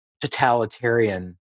totalitarian